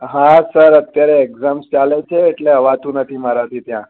હા સર અત્યારે એક્ઝામ્સ ચાલે છે એટલે અવાતું નથી મારાથી ત્યાં